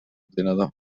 ordinador